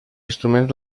instruments